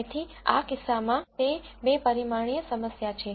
તેથી આ કિસ્સામાં તે બે પરિમાણીય સમસ્યા છે